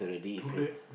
too late